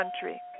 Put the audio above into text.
country